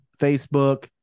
Facebook